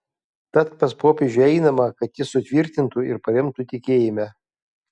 tad pas popiežių einama kad jis sutvirtintų ir paremtų tikėjime